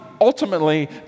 ultimately